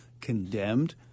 condemned